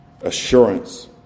assurance